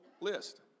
list